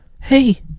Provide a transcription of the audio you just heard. hey